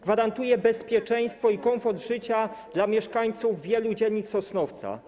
Gwarantuje bezpieczeństwo i komfort życia dla mieszkańców wielu dzielnic Sosnowca.